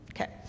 Okay